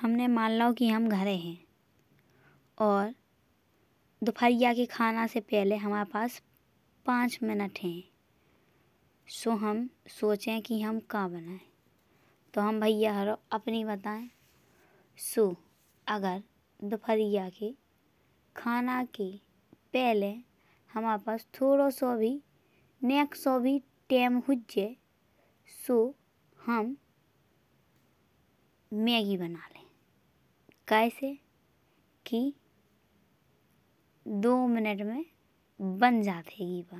हमने मान लाओ कि हम घरे हैं और दोपहरियन के खाना से पहिले। हामाये पास पाँच मिनट है सो हम सोचें कि हम का बनाएं। तो भाईअन्हरो हम अपनी बताएं सो अगर दोपहरियन के खाना के पहिले। हामाये पास थोड़ो सो भी नेक सो भी टाइम हुये। सो हम मैगी बना लेह हैं कयसे कि दो मिनट में बन जात हैंगी बा।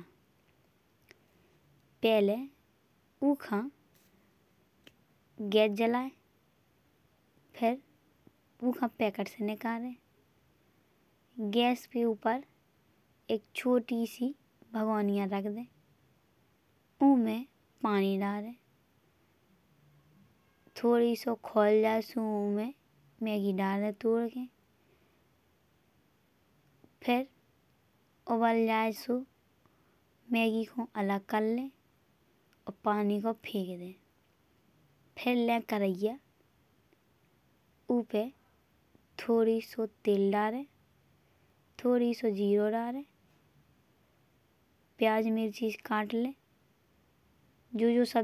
पहले ऊखा गैस जलाए फिर ऊखा पैकेट से निकारे। गैस के ऊपर एक छोटी सी भगौनीया रख दे। ऊमे पानी डारे थोड़ो सो खौल जाए सो ऊमे मैगी डारे। तोड़ के फिर उबाल जाए सो मैगी को अलग करले पानी को फेक दे। फिर लिहे करहैयाँ ऊपे थोड़ो सो तेल डारे थोड़ो। सो जीरा डारे प्याज मिर्ची काट ले जो जो सब्जी।